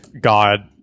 God